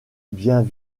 bien